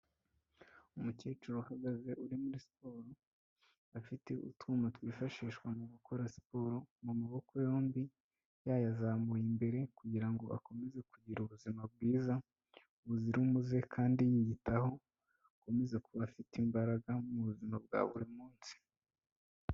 Umukecuru uhagaze uri muri siporo afite utuwuma twifashishwa mu gukora siporo mu maboko yombi, yayazamuye imbere kugira ngo akomeze kugira ubuzima bwiza buzira umuze kandi yiyitaho, akomeze kuba afite imbaraga mu buzima bwa buri munsi.